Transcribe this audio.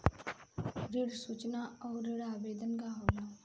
ऋण सूचना और ऋण आवेदन का होला?